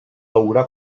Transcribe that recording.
haurà